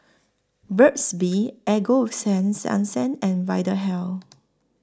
Burt's Bee Ego Sense Onsen and Vitahealth